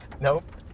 Nope